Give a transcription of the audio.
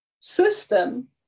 system